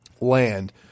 land